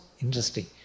interesting